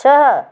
छः